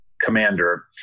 Commander